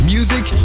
Music